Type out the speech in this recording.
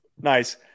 Nice